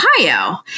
Ohio